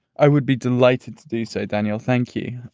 i would be delighted to do so. daniel, thank you.